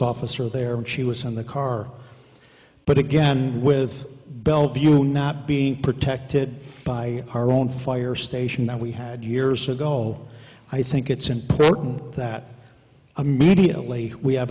officer there and she was in the car but again with bellevue not being protected by our own fire station that we had years ago i think it's important that a media lee we have